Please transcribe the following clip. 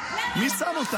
מי שם אותך?